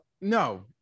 no